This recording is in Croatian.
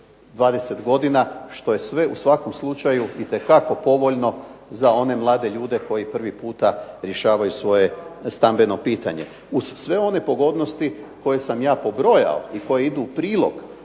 20 godina što je sve u svakom slučaju itekako povoljno za one mlade ljude koji po prvi puta rješavaju svoje stambeno pitanje. Uz sve one pogodnosti koje sam ja pobrojao i koje idu u prilog